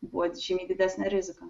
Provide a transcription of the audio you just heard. buvo žymiai didesnė rizika